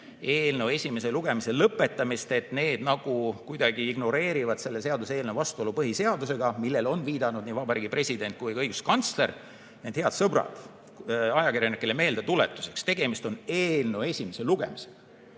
eelnõu esimese lugemise lõpetamist, kuidagi nagu ignoreerivad selle seaduseelnõu vastuolu põhiseadusega, millele on viidanud nii Vabariigi President kui ka õiguskantsler. Head sõbrad, ajakirjanikele meeldetuletuseks, tegemist on eelnõu esimese lugemisega.